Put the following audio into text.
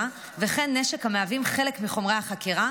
וכן נשק המהווים חלק מחומרי החקירה,